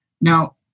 Now